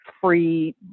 free